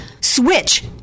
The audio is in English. switch